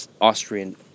Austrian